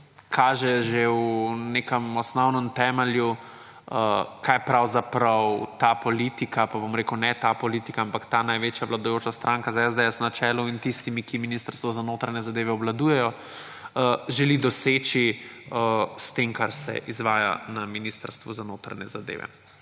kaže že v nekem osnovnem temelju, kaj pravzaprav ta politika, pa bom rekel, ne ta politika, ampak ta največja vladajoča stranka SDS na čelu in tistimi, ki Ministrstvo za notranje zadeve obvladujejo, želi doseči s tem, kar se izvaja na Ministrstvu za notranje zadeve.